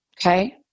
Okay